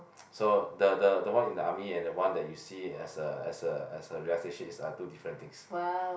so the the one you see in the army and the one you see as a as a as is two different things